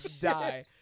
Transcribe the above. die